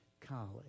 college